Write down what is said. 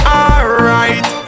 alright